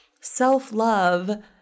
self-love